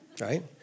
right